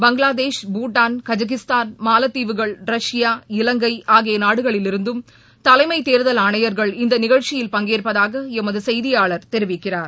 Bangladesh Bhutan Kazakhstan மாலத்தீவுகள் Russia இவங்கை ஆகிய நாடுகளிலிருந்தும் தலைமை தேர்தல் ஆணையர்கள் இந்த நிகழ்ச்சியில் பங்கேற்பதாக எமது செய்தியாளர் தெரிவிக்கிறார்